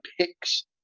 picks